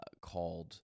called